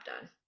done